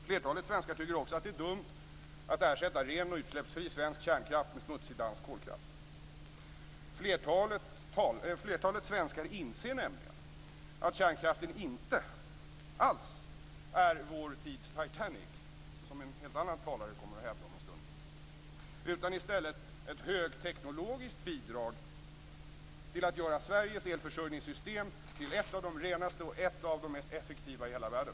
Flertalet svenskar tycker också att det är dumt att ersätta ren och utsläppsfri svensk kärnkraft med smutsig dansk kolkraft. Flertalet svenskar inser nämligen att kärnkraften inte alls är vår tids Titanic - som en annan talare kommer att hävda om en stund - utan i stället ett högteknologiskt bidrag till att göra Sveriges elförsörjningssystem till ett av de renaste och mest effektiva i hela världen.